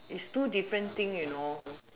is two different thing you know